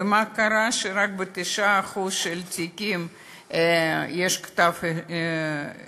ומה קרה שרק ב-9% של התיקים יש כתב-אישום.